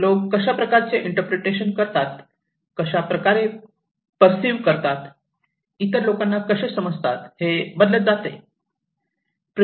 लोक कशाप्रकारे इंटरप्रिटेशन करतात कशाप्रकारे पेरसईव्ह करतात इतर लोकांना कसे समजतात हे बदलत जाते